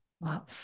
love